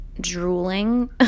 drooling